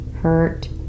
hurt